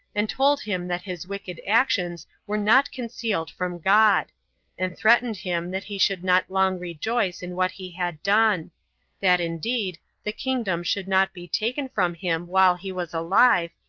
and told him that his wicked actions were not concealed from god and threatened him that he should not long rejoice in what he had done that, indeed, the kingdom should not be taken from him while he was alive,